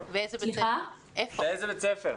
באיזה בית-ספר.